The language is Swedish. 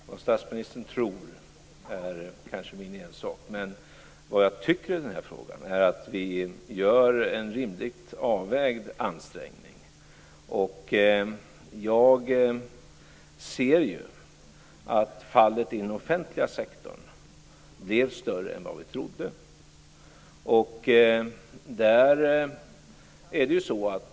Fru talman! Vad statsministern tror är kanske min ensak, men vad jag tycker i den här frågan är att vi gör en rimligt avvägd ansträngning. Jag ser ju att fallet i den offentliga sektorn blev ju större än vad vi trodde.